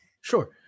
Sure